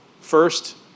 First